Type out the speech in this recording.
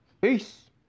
Peace